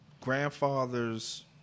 grandfather's